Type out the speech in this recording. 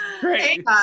Great